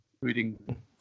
reading